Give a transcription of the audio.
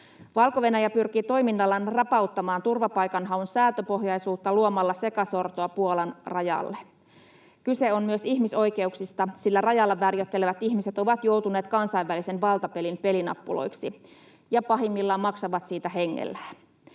Valko-Venäjä pyrkii toiminnallaan rapauttamaan turvapaikanhaun sääntöpohjaisuutta luomalla sekasortoa Puolan rajalle. Kyse on myös ihmisoikeuksista, sillä rajalla värjöttelevät ihmiset ovat joutuneet kansainvälisen valtapelin pelinappuloiksi ja pahimmillaan maksavat siitä hengellään.